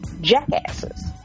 jackasses